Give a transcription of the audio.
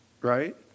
right